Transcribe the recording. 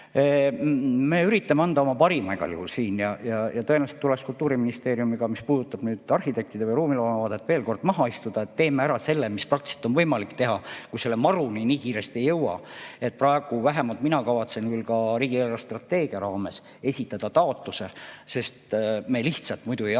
Me üritame anda oma parima igal juhul siin. Tõenäoliselt tuleks Kultuuriministeeriumiga, mis puudutab arhitektide või ruumiloome vaadet, veel kord maha istuda, et teeme ära selle, mis praktiliselt on võimalik teha, kui MARU‑ni nii kiiresti ei jõua. Praegu vähemalt mina kavatsen küll ka riigi eelarvestrateegia raames esitada taotluse, sest me lihtsalt muidu ei jaksa